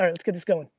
um let's get this going.